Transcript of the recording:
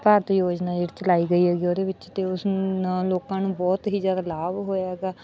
ਭਾਰਤ ਯੋਜਨਾ ਹੇਠ ਚਲਾਈ ਗਈ ਹੈਗੀ ਉਹਦੇ ਵਿੱਚ ਤਾਂ ਉਸ ਨਾਲ ਲੋਕਾਂ ਨੂੰ ਬਹੁਤ ਹੀ ਜ਼ਿਆਦਾ ਲਾਭ ਹੋਇਆ ਗਾ